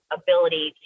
ability